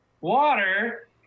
water